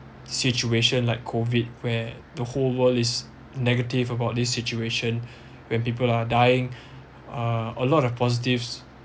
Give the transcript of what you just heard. situation like COVID where the whole world is negative about this situation when people are dying uh a lot of positives